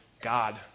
God